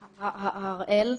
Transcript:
הראל: